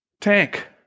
Tank